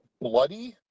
bloody